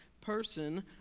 person